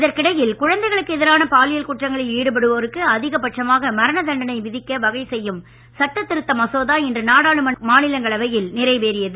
இதற்கிடையில் குழந்தைகளுக்கு எதிரான பாலியல் குற்றங்களில் ஈடுபடுவோருக்கு அதிகபட்சமாக மரணதண்டனை விதிக்க வகை செய்யும் சட்ட திருத்த மசோதா இன்று நாடாளுமன்ற மாநிலங்களவையில் நிறைவேறியது